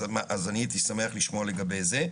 אז אני הייתי שמח לשמוע לגבי זה.